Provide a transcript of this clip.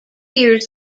years